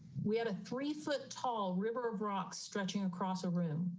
we had a three foot tall river of rock stretching across a room.